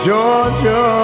Georgia